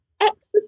exercise